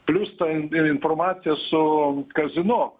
plius ta in informacija su kazino